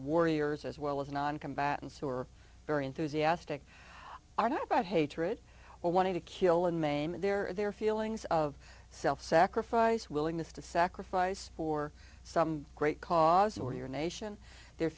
warriors as well as noncombatants who are very enthusiastic about hatred or wanting to kill and maim and there are their feelings of self sacrifice willingness to sacrifice for some great cause or your nation their